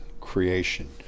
creation